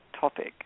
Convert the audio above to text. topic